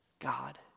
God